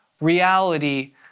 reality